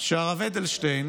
שהרב אדלשטיין